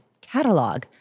catalog